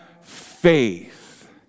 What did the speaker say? faith